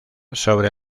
sobre